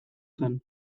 zen